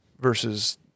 Versus